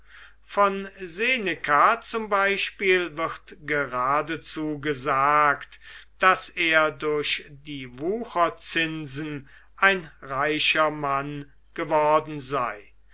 von seneca zum beispiel wird geradezu gesagt daß er durch die wucherzinsen ein reicher mann geworden sei